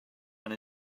and